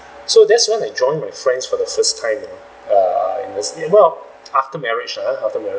so that's when I joined my friends for the first time err in the you know after marriage lah ha after marriage